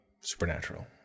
Supernatural